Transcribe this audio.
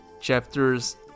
chapters